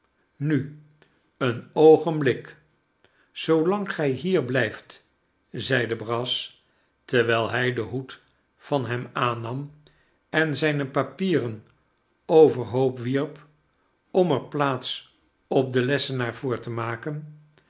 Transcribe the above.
nu een oogenblik zoolang gij hier blijft zeide brass terwijl hij den hoed van hemaannam en zyne papieren overhoop wierp om er plaats op den lessenaar voor te maken